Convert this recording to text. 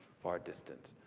far distance.